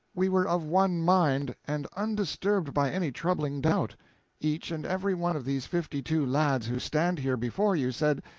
we were of one mind, and undisturbed by any troubling doubt each and every one of these fifty-two lads who stand here before you, said,